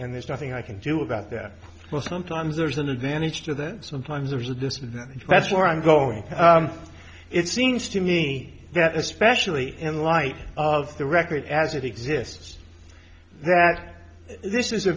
there's nothing i can do about that well sometimes there's an advantage to that sometimes there's a disadvantage that's where i'm going it seems to me that especially in light of the record as it exists that this is a